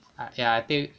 okay I think